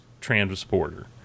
transporter